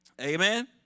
Amen